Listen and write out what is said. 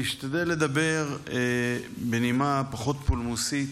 להשתדל לדבר בנימה פחות פולמוסית,